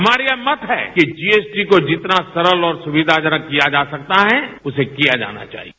हमारी यह मत है कि जीएसटी को जितना सरल और सुविधाजनक किया जा सकता है उसे किया जाना चाहिए